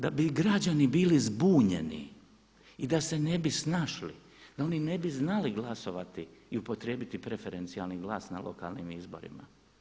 Da bi građani bili zbunjeni i da se ne bi snašli, da oni ne bi znali glasovati i upotrijebiti preferencijalni glas na lokalnim izborima.